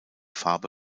farbe